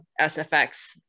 SFX